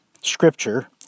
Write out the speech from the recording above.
Scripture